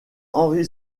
henrik